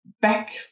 back